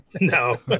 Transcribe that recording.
No